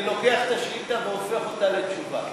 אני לוקח את השאילתה והופך אותה לתשובה.